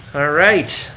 alright,